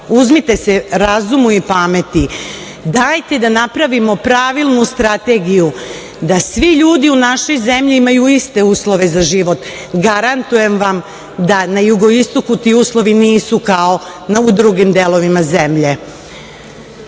uzmite se razumu i pameti, dajte da napravimo pravilnu strategiju da svi ljudi u našoj zemlji imaju iste uslove za život. Garantujem vam da na jugoistoku ti uslovi nisu kao u drugim delovima zemlje.Za